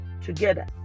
together